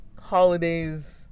holidays